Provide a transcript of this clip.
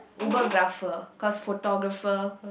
Ubergrapher cause photographer